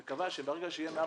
הוא קבע שברגע שיהיה מעל